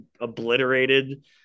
obliterated